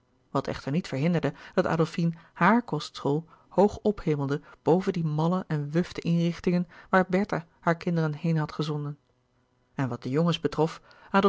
wat echter niet verhinderde dat adolfine haàr kostschool hoog ophemelde boven die malle en wufte inrichtingen waar bertha haar kinderen heen had gezonden en wat de jongens betrof